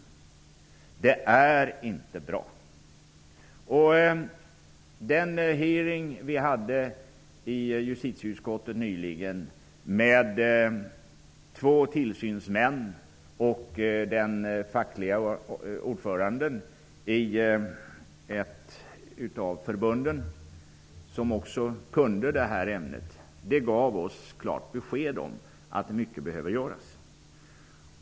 Förhållandena är inte bra. Den hearing som vi nyligen hade i justitieutskottet med två tillsynsmän och den facklige ordföranden i ett av förbunden, vilka kunde detta ämne, gav oss klart besked om att mycket behöver göras.